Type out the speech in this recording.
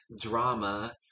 drama